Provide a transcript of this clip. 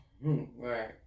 Right